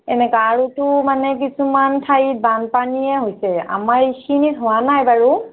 এনেকুৱা আৰুটো মানে কিছুমান ঠাইত বানপানীয়ে হৈছে আমাৰ এইখিনিত হোৱা নাই বাৰু